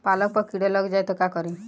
पालक पर कीड़ा लग जाए त का करी?